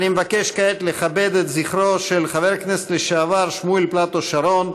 אני מבקש כעת לכבד את זכרו של חבר הכנסת לשעבר שמואל פלאטו שרון,